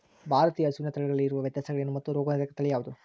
ಭಾರತೇಯ ಹಸುವಿನ ತಳಿಗಳಲ್ಲಿ ಇರುವ ವ್ಯತ್ಯಾಸಗಳೇನು ಮತ್ತು ರೋಗನಿರೋಧಕ ತಳಿ ಯಾವುದು?